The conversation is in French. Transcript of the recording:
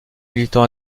militant